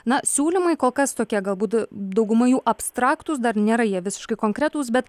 na siūlymai kol kas tokie galbūt dauguma jų abstraktūs dar nėra jie visiškai konkretūs bet